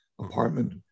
apartment